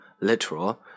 literal